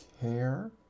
care